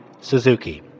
Suzuki